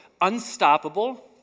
unstoppable